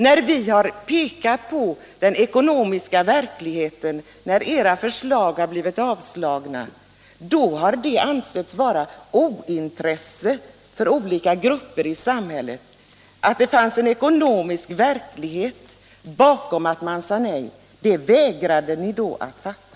Att den dåvarande regeringen pekade på den ekonomiska verkligheten när era överbud blev avslagna har ansetts = Nr 133 bero på ointresse för olika grupper i samhället. Att det fanns en ekonomisk Tisdagen den verklighet bakom när man sade nej, det vägrade ni då att fatta.